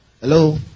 Hello